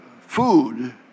food